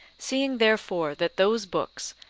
seeing, therefore, that those books,